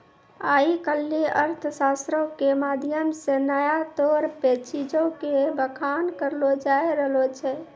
आइ काल्हि अर्थशास्त्रो के माध्यम से नया तौर पे चीजो के बखान करलो जाय रहलो छै